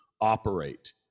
operate